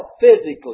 physically